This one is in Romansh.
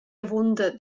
avunda